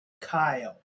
Kyle